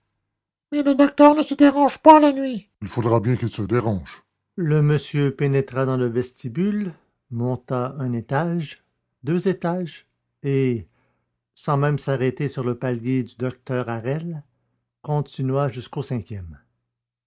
le docteur ne se dérange pas la nuit il faudra bien qu'il se dérange le monsieur pénétra dans le vestibule monta un étage deux étages et sans même s'arrêter sur le palier du docteur harel continua jusqu'au cinquième